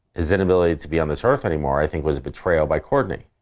his inability to be on this earth anymore, i think, was betrayal by courtney,